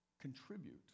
contribute